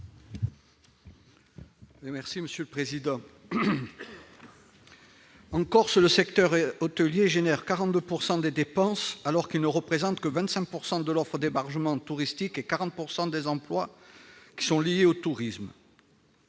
En Corse, le secteur hôtelier génère 42 % des dépenses alors qu'il ne représente que 25 % de l'offre d'hébergement touristique et 40 % des emplois liés au tourisme.